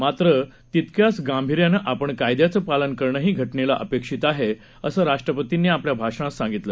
मात्र तितक्याच गांभिर्यानं आपण कायद्याचं पालन करणंही घटनेला अपेक्षित आहे असं राष्ट्रपतींनी आपल्या भाषणात सांगितलं